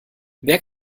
wer